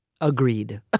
Agreed